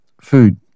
food